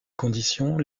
conditions